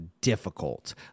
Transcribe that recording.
difficult